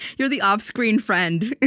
you're the off-screen friend.